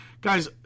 guys